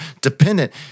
dependent